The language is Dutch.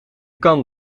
kan